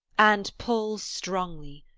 and pull strongly,